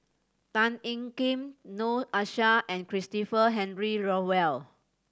Tan Ean Kiam Noor Aishah and Christopher Henry Rothwell